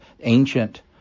ancient